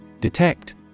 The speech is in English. DETECT